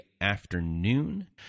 afternoon